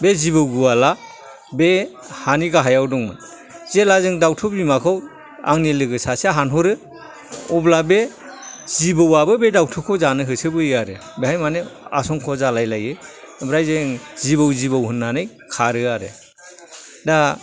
बे जिबौ गुवालआ बे हानि गाहायाव दङ जेला जों दावथु बिमाखौ आंनि लोगो सासेआ हानहरो अब्ला बे जिबौआबो बे दावथुखौ जानो होसोबोयो आरो बेबाय माने आसंग जालायो ओमफ्राय जों जिबौ जिबौ होननानै खारो आरो दा